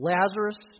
Lazarus